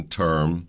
term